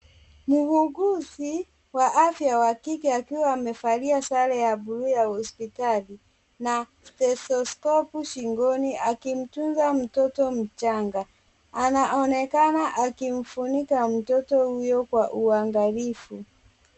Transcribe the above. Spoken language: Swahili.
Muuguzi wa kike akiwa amevalia sare ya bluu ya hospitali na stethoskopu shingoni akimtunza mtoto mchanga. Anaonekana akimfunika mtoto huyo kwa uangalifu.